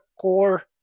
core